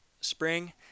spring